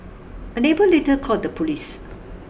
a neighbour later called the police